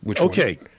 Okay